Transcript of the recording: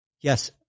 Yes